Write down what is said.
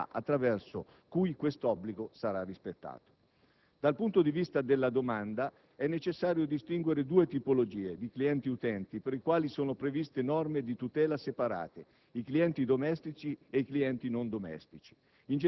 Sempre l'Autorità per l'energia elettrica e il gas definirà le modalità attraverso cui quest'obbligo sarà rispettato. Dal punto di vista della domanda è necessario distinguere due tipologie di clienti/utenti per i quali sono previste norme di tutela separate: